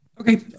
Okay